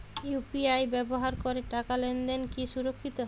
UPI ব্যবহার করে টাকা লেনদেন কি সুরক্ষিত?